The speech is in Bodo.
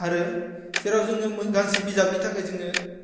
आरो जेराव जोङो गांसे बिजाबनि थाखाय जोङो